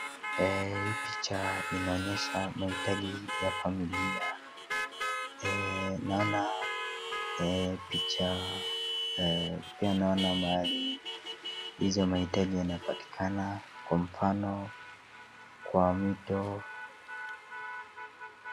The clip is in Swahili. Hii picha inaonyesha mahitaji ya familia. Naona picha pia naona mahali izo mahitaji zinapatikana kwa mfano kwa mito.